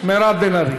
מירב בן ארי,